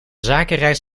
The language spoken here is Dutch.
zakenreis